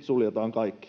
suljetaan kaikki